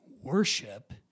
worship